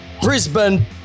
Brisbane